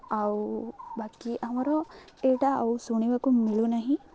ଆଉ ବାକି ଆମର ଏଇଟା ଆଉ ଶୁଣିବାକୁ ମିଳୁ ନାହିଁ